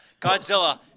Godzilla